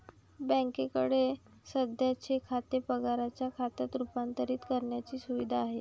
बँकेकडे सध्याचे खाते पगाराच्या खात्यात रूपांतरित करण्याची सुविधा आहे